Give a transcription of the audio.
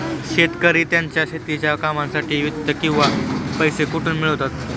शेतकरी त्यांच्या शेतीच्या कामांसाठी वित्त किंवा पैसा कुठून मिळवतात?